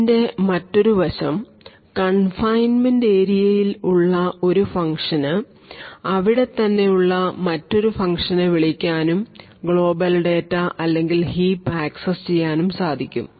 അതിൻറെ മറ്റൊരുവശം കൺഫൈൻഡ് ഏരിയയിൽ ഉള്ള ഒരു ഫംഗ്ഷന് അവിടെ തന്നെ ഉള്ള മറ്റൊരു ഫങ്ക്ഷനെ വിളിക്കാനുംഗ്ലോബൽ ഡേറ്റാ അല്ലെങ്കിൽ ഹീപ് ആക്സസ് ചെയ്യാനും സാധിക്കും